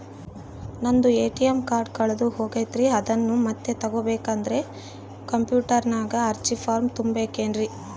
ನಂದು ATM card ಕಳೆದು ಹೋಗೈತ್ರಿ ಅದನ್ನು ಮತ್ತೆ ತಗೋಬೇಕಾದರೆ ಕಂಪ್ಯೂಟರ್ ನಾಗ ಅರ್ಜಿ ಫಾರಂ ತುಂಬಬೇಕನ್ರಿ?